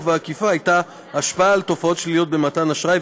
והאכיפה השפעה על תופעות שליליות במתן אשראי,